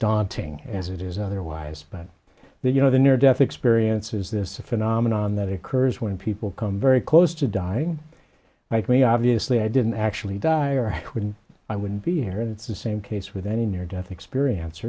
daunting as it is otherwise but then you know the near death experience is this a phenomenon that occurs when people come very close to dying like me obviously i didn't actually die or when i would be hurt it's the same case with any near death experience